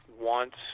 wants